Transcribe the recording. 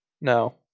No